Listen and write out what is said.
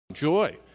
Joy